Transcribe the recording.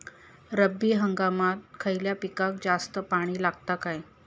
रब्बी हंगामात खयल्या पिकाक जास्त पाणी लागता काय?